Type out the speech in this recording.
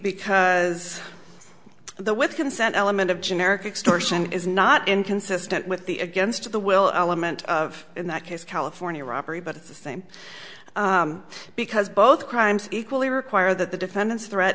because the with consent element of generic extortion is not inconsistent with the against of the will aliment of in that case california robbery but it's the same because both crimes equally require that the defendant's threat